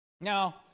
Now